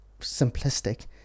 simplistic